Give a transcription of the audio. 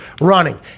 running